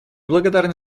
благодарны